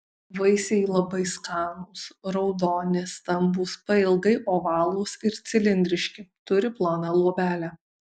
vaisiai labai skanūs raudoni stambūs pailgai ovalūs ir cilindriški turi ploną luobelę